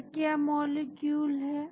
यह क्या मॉलिक्यूल है